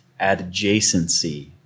adjacency